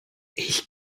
ich